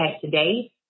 today